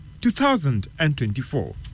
2024